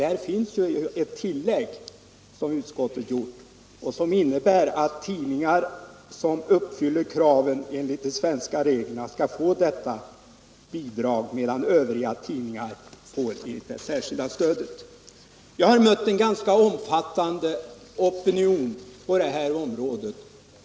Utskottet har gjort ett tillägg, som innebär att de tidningar som uppfyller kraven enligt de svenska reglerna skall få detta bidrag, medan övriga tidningar får det särskilda stödet. Jag har från invandrarna själva mött en ganska omfattande opinion på detta område.